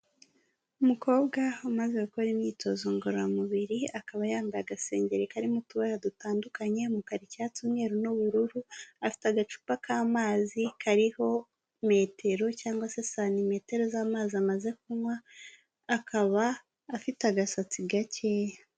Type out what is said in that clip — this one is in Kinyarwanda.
Umukobwa umaze gukora imyitozo ngororamubiri akaba yambaye agasengeri karimo utubara dutandukanye umukara, icyatsi, umweru n'ubururu, afite agacupa k'amazi kariho metero cyangwa se santimetero z'amazi amaze kunywa akaba afite agasatsi gakeya.